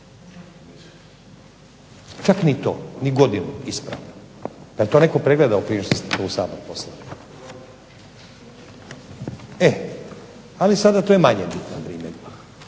Čak ni to, ni godinu ispravnu. Jel' to netko pregledao prije nego što ste to u Sabor poslali? E, ali sada to je manje bitna primjedba,